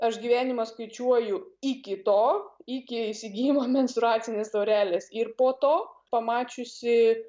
aš gyvenimą skaičiuoju iki to iki iki įsigyjimo menstruacinės taurelės ir po to pamačiusi